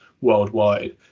worldwide